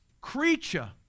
creature